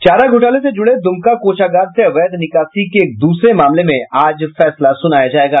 चारा घोटाले से जुड़े दूमका कोषागार से अवैध निकासी के एक दूसरे मामले में आज फैसला सुनाया जायेगा